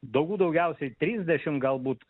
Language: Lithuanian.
daugų daugiausiai trisdešim galbūt